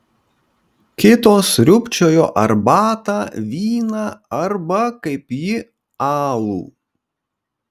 kitos sriubčiojo arbatą vyną arba kaip ji alų